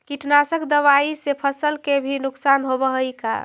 कीटनाशक दबाइ से फसल के भी नुकसान होब हई का?